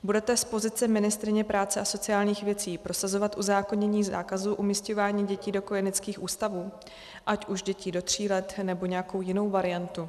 Budete z pozice ministryně práce a sociálních věcí prosazovat uzákonění zákazu umísťování dětí do kojeneckých ústavů, ať už děti do tří let, nebo nějakou jinou variantu?